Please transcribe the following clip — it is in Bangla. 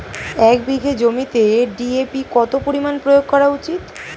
এক বিঘে জমিতে ডি.এ.পি কত পরিমাণ প্রয়োগ করা উচিৎ?